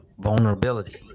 vulnerability